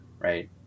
Right